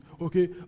Okay